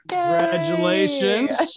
Congratulations